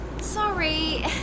Sorry